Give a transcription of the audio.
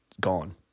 gone